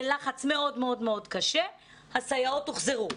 לאחר לחץ רב מאוד הסייעות הוחזרו,